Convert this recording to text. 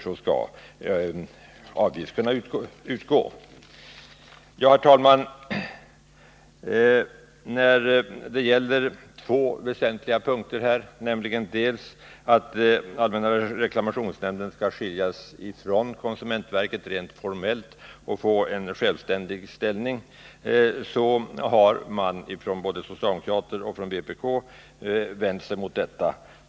Herr talman! När det gäller förslaget att allmänna reklamationnämnden skall skiljas från konsumentverket rent formellt och få en självständig ställning har både socialdemokraterna och vpk vänt sig mot detta.